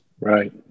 Right